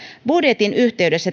budjetin yhteydessä